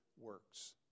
works